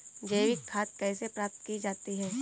जैविक खाद कैसे प्राप्त की जाती है?